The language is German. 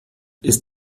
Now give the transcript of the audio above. ist